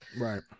Right